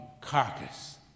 carcass